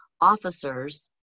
officers